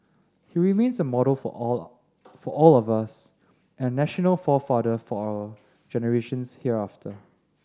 he remains a model for all for all of us and a national forefather for our generations hereafter